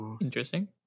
interesting